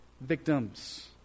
victims